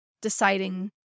deciding